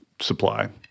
supply